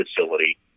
facility